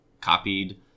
copied